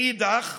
מאידך,